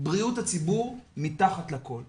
בריאות הציבור מתחת לכול,